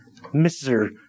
Mr